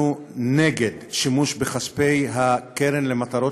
אנחנו נגד שימוש בכספי הקרן למטרות